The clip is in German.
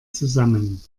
zusammen